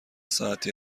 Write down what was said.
ساعتی